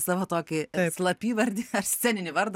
savo tokį slapyvardį ar sceninį vardą